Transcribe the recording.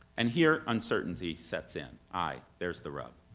and here, uncertainty sets in. ay, there's the rub.